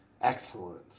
excellent